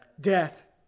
Death